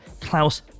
Klaus